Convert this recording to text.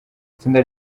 itsinda